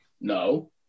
No